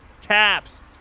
taps